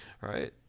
Right